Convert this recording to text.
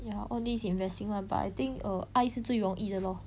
ya all these investing [one] but I think err eye 最容易的 lor